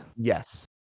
yes